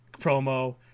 promo